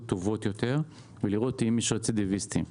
טובות יותר ולראות אם יש רצידיביסטים.